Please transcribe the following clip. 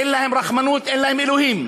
אין להם רחמנות, אין להם אלוהים.